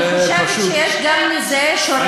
אני חושבת שיש גם לזה שורשים,